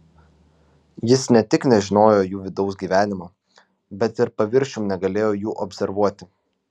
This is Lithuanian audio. jis ne tik nežinojo jų vidaus gyvenimo bet ir paviršium negalėjo jų observuoti